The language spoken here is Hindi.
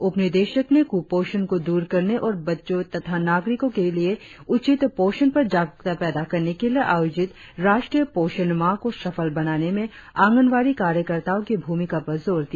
उपनिदेशक ने कुपोषण को दूर करने और बच्चों तथा नागरिकों के लिए उचित पोषण पर जागरुकता पैदा करने के लिए आयोजित राष्ट्रीय पोषण माह को सफल बनाने में आंगनबाड़ी कार्यकर्ताओं की भूमिका पर जोड़ दिया